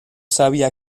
sabía